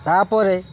ତା'ପରେ